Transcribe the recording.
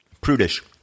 prudish